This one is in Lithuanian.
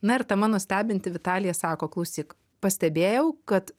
na ir ta mano stebinti vitalija sako klausyk pastebėjau kad